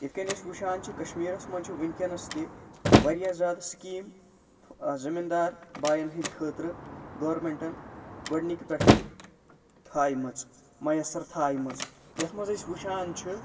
یِتھ کٔنۍ أسۍ وُچھان چھِ کَشمیٖرَس منٛز چھِ وُنٛکیٚس تہِ واریاہ زیادٕ سِکیٖم ٲں زٔمیٖندار بھایَن ہنٛدۍ خٲطرٕ گورمیٚنٹَن گۄڈٕنِکۍ پٮ۪ٹھٔے تھٲیِمَژٕ میسر تھایِمَژٕ یَتھ منٛز أسۍ وُچھان چھِ